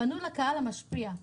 פנו לקהל המשפיע,